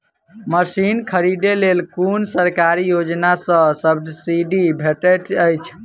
Machine खरीदे लेल कुन सरकारी योजना सऽ सब्सिडी भेटैत अछि?